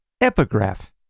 Epigraph